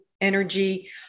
energy